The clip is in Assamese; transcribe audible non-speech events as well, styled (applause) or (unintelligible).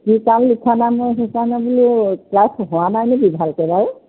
(unintelligible) সেইকাৰণে বোলো ক্লাছ হোৱা নাইনে কি ভালকৈ বাৰু